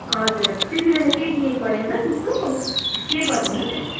हजुर हजुर त्यति बेला केही विहेव गरेन त्यस्तो केही भनेन